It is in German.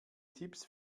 tipps